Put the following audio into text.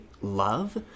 love